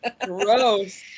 Gross